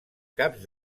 caps